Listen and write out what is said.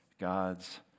God's